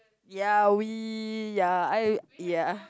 ya we ya I ya